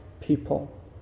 people